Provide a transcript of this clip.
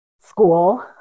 school